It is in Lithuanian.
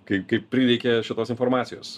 kai kai prireikė šitos informacijos